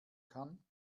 kann